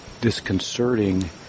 disconcerting